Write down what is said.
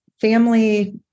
family